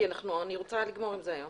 כי אני רוצה לגמור עם זה היום.